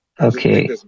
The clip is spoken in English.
okay